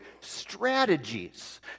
strategies